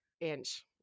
inch